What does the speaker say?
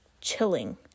chilling